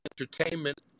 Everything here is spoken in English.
entertainment